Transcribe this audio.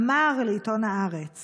אמר לעיתון הארץ